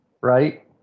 right